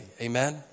amen